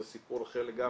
זה סיפור אחר לגמרי.